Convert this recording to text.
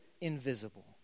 invisible